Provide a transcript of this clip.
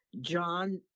John